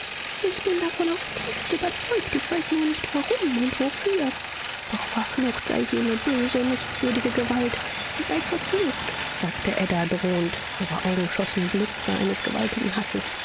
ich bin davon aufs tiefste überzeugt ich weiß nur nicht warum und wofür doch verflucht sei jene böse nichtswürdige gewalt sie sei verflucht sagte ada drohend ihre augen schossen blitze eines gewaltigen hasses